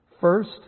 First